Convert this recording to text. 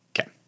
Okay